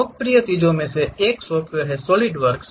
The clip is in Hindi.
लोकप्रिय चीजों में से एक है सॉलिडवर्क्स